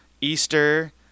easter